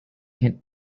can